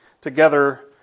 together